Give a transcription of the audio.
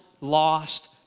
lost